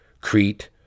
Crete